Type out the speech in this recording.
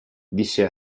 disse